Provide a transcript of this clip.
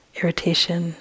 irritation